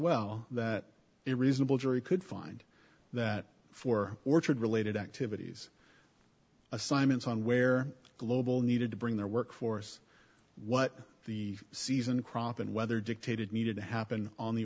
well that a reasonable jury could find that for orchard related activities assignments on where the global needed to bring their workforce what the season crop and whether dictated needed to happen on the